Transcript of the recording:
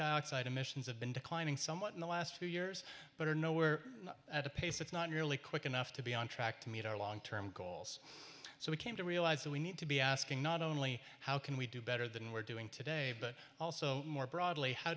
dioxide emissions have been declining somewhat in the last few years but are nowhere at a pace it's not nearly quick enough to be on track to meet our long term goals so we came to realize that we need to be asking not only how can we do better than we're doing today but also more broadly how